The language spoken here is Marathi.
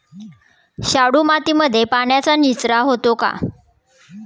शाडू मातीमध्ये पाण्याचा निचरा होतो का?